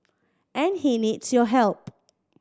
and he needs your help